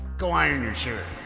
go iron your shirt!